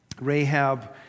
Rahab